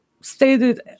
stated